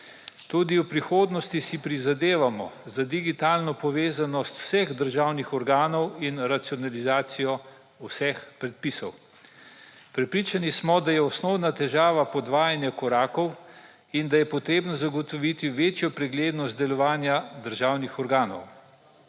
Tudi v prihodnosti si prizadevamo za digitalno povezanost vseh državnih organov in racionalizacijo vseh predpisov. Prepričani smo, da je osnovna težava podvajanje korakov in da je potrebno zagotoviti večjo preglednost delovanja državnih organov.